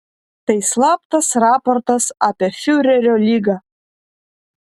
tai slaptas raportas apie fiurerio ligą